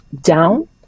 down